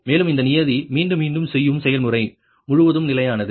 மேலும் இந்த நியதி மீண்டும் மீண்டும் செய்யும் செயல்முறை முழுவதும் நிலையானது